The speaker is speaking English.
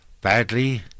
badly